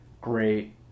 great